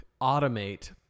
automate